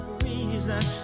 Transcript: reason